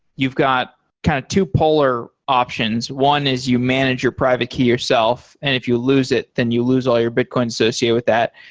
you've got kind of two polar options one is you manage your private key yourself, and if you lose it then you lose all your bitcoins associated with that.